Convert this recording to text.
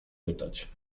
pytać